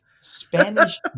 Spanish